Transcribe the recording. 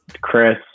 Chris